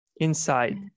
inside